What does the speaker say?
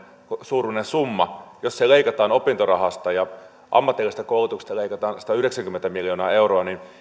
suuruinen summa leikataan opintorahasta ja ammatillisesta koulutuksesta leikataan satayhdeksänkymmentä miljoonaa euroa niin